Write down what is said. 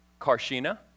Karshina